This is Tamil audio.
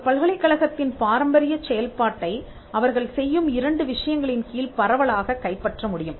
ஒரு பல்கலைக் கழகத்தின் பாரம்பரியச் செயல்பாட்டை அவர்கள் செய்யும் இரண்டு விஷயங்களின் கீழ் பரவலாகக் கைப்பற்ற முடியும்